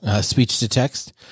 speech-to-text